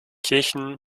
kirchen